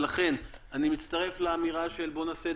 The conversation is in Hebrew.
ולכן אני מצטרף לאמירה של בוא נעשה את